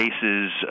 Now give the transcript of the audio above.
cases